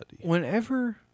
Whenever